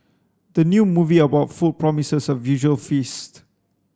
the new movie about food promises a visual feast